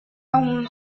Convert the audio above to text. aún